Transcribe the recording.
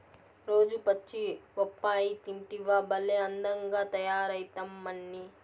రోజూ పచ్చి బొప్పాయి తింటివా భలే అందంగా తయారైతమ్మన్నీ